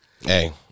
Hey